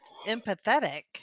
empathetic